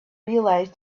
realise